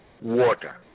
water